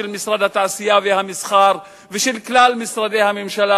של משרד התעשייה והמסחר ושל כלל משרדי הממשלה